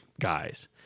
guys